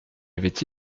avait